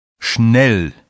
Schnell